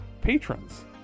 patrons